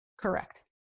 Correct